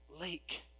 lake